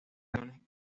relaciones